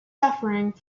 suffering